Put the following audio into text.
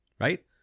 right